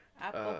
Apple